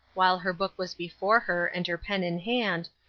while her book was before her and her pen in hand,